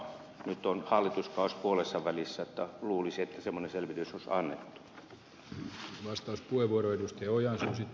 nyt on hallituskausi puolessa välissä luulisi että semmoinen selvitys olisi annettu